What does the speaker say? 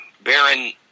baron